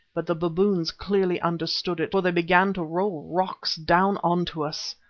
but the baboons clearly understood it, for they began to roll rocks down on to us.